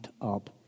up